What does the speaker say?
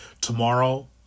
tomorrow